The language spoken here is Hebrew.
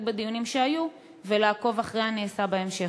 בדיונים שהיו ולעקוב אחרי הנעשה בהמשך.